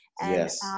Yes